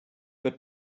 wird